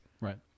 right